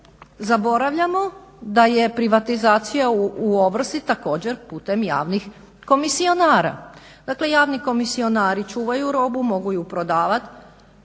Zaboravljamo da je privatizacija u ovrsi također putem javnih komisionara. Dakle, javni komisionari čuvaju robu, mogu je prodavati,